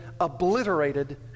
obliterated